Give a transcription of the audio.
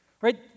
right